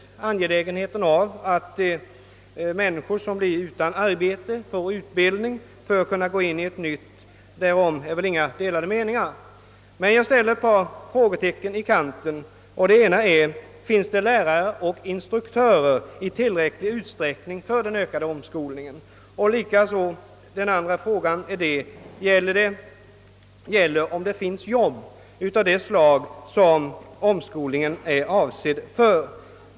Beträffande angelägenheten av att människor som blir utan arbete får utbildning för att gå över till ett nytt arbete föreligger väl inte de lade meningar. Jag vill dock ställa ett par frågor. Den ena är: Finns det lärare och instruktörer i tillräcklig utsträckning för den ökade omskolningen? Den andra frågan är: Finns det arbete av det slag som omskolningen utbildar folk för?